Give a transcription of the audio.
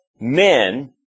men